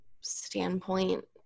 standpoint